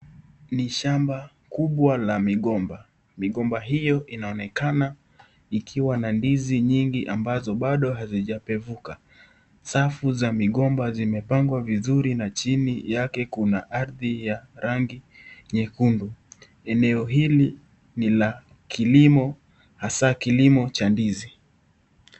Ni shamba kubwa la migomba. Migomba hiyo inaonekana ikiwa na ndizi nyingi ambazo bado hazijapevuka. Safu za migomba zimepangwa vizuri na chini yake kuna ardhi ya rangi nyekundu. Eneo hili ni la kilimo, hasa kilimo cha ndizi.